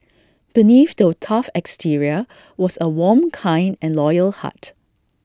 believe the tough exterior was A warm kind and loyal heart